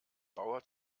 bauer